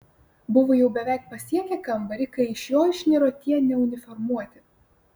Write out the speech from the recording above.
buvo jau beveik pasiekę kambarį kai iš jo išniro tie neuniformuoti